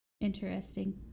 Interesting